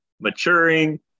maturing